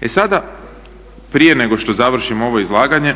E sada, prije nego što završim ovo izlaganje